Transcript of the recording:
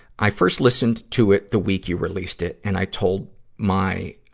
i first listened to it the week you released it, and i told my